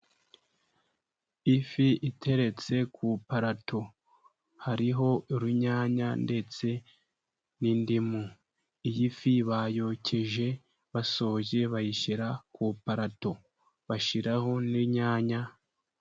Ifi iteretse ku iparato, hariho urunyanya, ndetse n'indimu. Iyi ifi bayokeje, basoje bayishyira ku parato, bashyiraho n'inyanya.